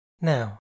Now